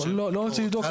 לא צריכים לבדוק,